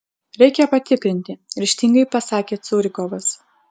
reikia patikrinti ryžtingai pasakė curikovas